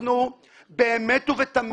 אנחנו באמת ובתמים